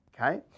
okay